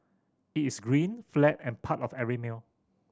it is green flat and part of every meal